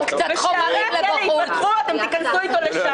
גם כששערי הכלא יפתחו, אתם תכנסו אתו לשם.